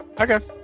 Okay